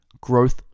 growth